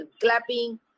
clapping